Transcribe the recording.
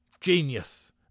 Genius